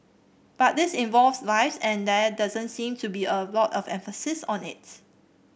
but this involves lives and there doesn't seem to be a lot of emphasis on it